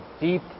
deep